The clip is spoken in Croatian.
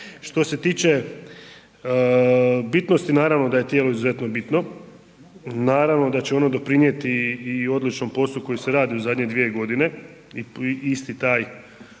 Što se tiče bitnosti, naravno da je tijelo izuzetno bitno, naravno da će ono doprinijeti i odličnom poslu koji se radi u zadnje 2 g. i isti taj